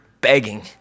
begging